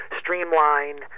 streamline